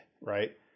Right